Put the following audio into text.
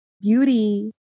Beauty